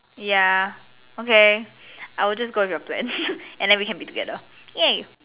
ya okay I will just go with your plan and then we can be together !yay!